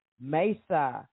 Mesa